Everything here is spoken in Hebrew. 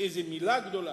איזה מלה גדולה,